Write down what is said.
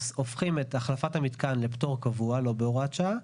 הופכים את החלפת המתקן לפטור קבוע לא בהוראת שעה,